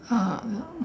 uh the